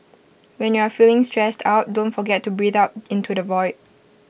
when you are feeling stressed out don't forget to breathe out into the void